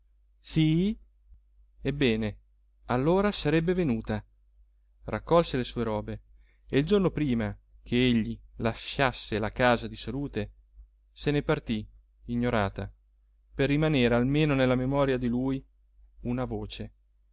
sì ebbene allora sarebbe venuta raccolse le sue robe e il giorno prima che egli lasciasse la casa di salute se ne partì ignorata per rimanere almeno nella memoria di lui una voce